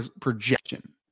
projection